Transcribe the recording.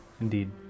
Indeed